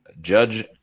Judge